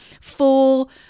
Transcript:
full